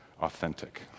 authentic